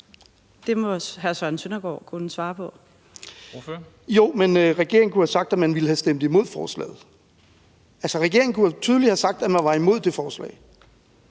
regeringen kunne have sagt, at man ville have stemt imod forslaget. Altså, regeringen kunne tydeligt have sagt, at man var imod det forslag.